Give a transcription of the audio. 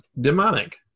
demonic